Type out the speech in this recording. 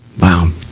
Wow